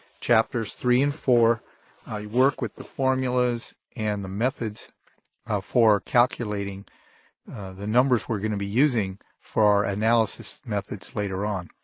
chapters three and four i work with the formulas and the methods for calculating the numbers we're going to be using for our analysis methods later on.